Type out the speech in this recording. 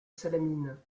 salamine